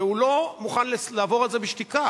והוא לא מוכן לעבור על זה בשתיקה.